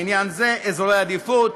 לעניין זה, אזורי עדיפות: